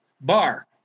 bar